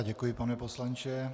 Děkuji, pane poslanče.